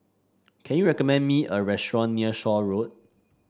can you recommend me a restaurant near Shaw Road